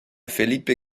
felipe